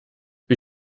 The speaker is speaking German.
wir